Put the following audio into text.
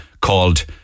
called